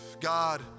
God